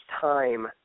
time